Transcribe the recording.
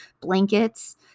blankets